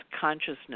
consciousness